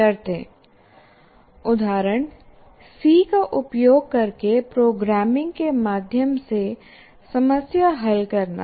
शर्तें उदाहरण सी © का उपयोग करके प्रोग्रामिंग के माध्यम से समस्या हल करना